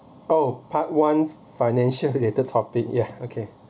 oh part one financial related topic ya okay